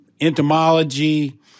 entomology